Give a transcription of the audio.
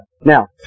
Now